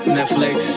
Netflix